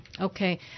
Okay